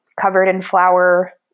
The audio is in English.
covered-in-flour